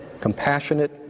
compassionate